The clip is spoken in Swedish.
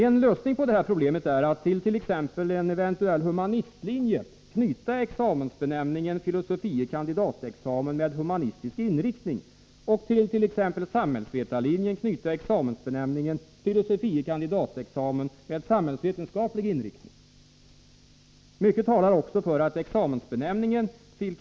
En lösning på det här problemet är att till t.ex. en eventuell humanistlinje knyta examensbenämningen ”filosofie kandidat-examen med humanistisk inriktning”, och till t.ex. samhällsvetarlinjen knyta examensbenämningen ”filosofie kandidat-examen med samhällsvetenskaplig inriktning”. Mycket talar också för att examensbenämningen fil.